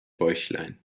bäuchlein